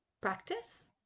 Practice